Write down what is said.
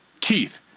Keith